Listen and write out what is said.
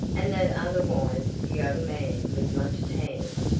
and that otherwise the young man was much tanned.